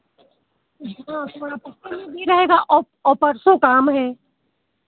जी हाँ थोड़ा पक्के में भी रहेगा और और परसों काम है